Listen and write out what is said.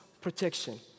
protection